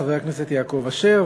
חבר הכנסת יעקב אשר,